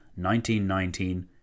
1919